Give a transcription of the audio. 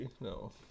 No